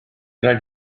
raid